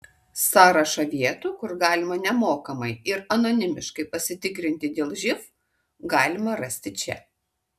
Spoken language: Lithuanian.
sąrašą vietų kur galima nemokamai ir anonimiškai pasitikrinti dėl živ galima rasti čia